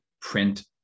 print